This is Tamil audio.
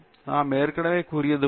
நாம் ஏற்கனவே கூறியது போல